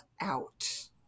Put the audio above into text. out